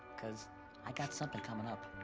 cause i got something coming up,